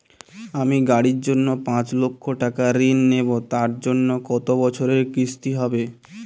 আমি গাড়ির জন্য পাঁচ লক্ষ টাকা ঋণ নেবো তার জন্য কতো বছরের কিস্তি হবে?